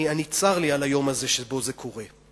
צר לי על היום הזה שבו זה קורה.